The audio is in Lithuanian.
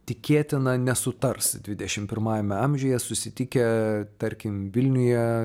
tikėtina nesutars dvidešimt pirmajame amžiuje susitikę tarkim vilniuje